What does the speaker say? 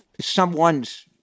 someone's